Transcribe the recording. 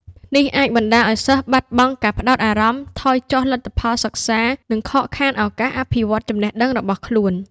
នេះអាចបណ្ដាលឱ្យសិស្សបាត់បង់ការផ្ដោតអារម្មណ៍ ថយចុះលទ្ធផលសិក្សា និងខកខានឱកាសអភិវឌ្ឍចំណេះដឹងរបស់ខ្លួន។